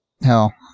hell